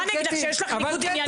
מה אני אגיד לך, שיש לך ניגוד עניינים?